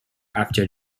after